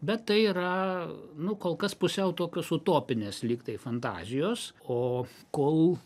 bet tai yra nu kol kas pusiau tokios utopinės lygtai fantazijos o kol